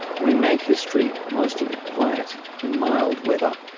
we make history, most of it quiet in mild weather.